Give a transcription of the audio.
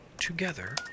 together